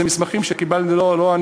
זה מסמכים מבית-החולים.